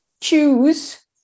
choose